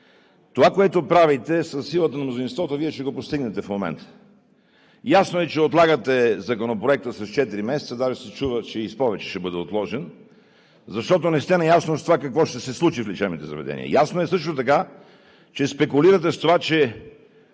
това, което правите със силата на мнозинството, Вие ще го постигнете в момента. Ясно е, че отлагате Законопроекта с четири месеца, даже се чува, че с повече ще бъде отложен, защото не сте наясно с това какво ще се случи в лечебните заведения. Ясно е също така, че спекулирате с това, че